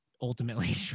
ultimately